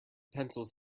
pencils